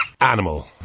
animal